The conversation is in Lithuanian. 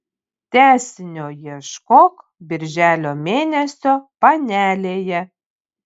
tęsinio ieškok birželio mėnesio panelėje